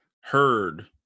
heard